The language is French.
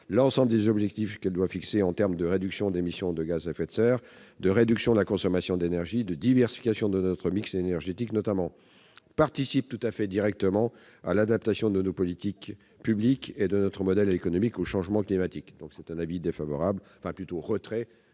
l'ensemble des objectifs que celle-ci doit fixer en matière de réduction des émissions de gaz à effet de serre, de réduction de la consommation d'énergie, de diversification de notre mix énergétique, notamment, participent tout à fait directement à l'adaptation de nos politiques publiques et de notre modèle économique au changement climatique. Je sollicite le retrait